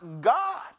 God